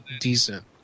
decent